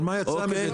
אבל מה יצא מזה?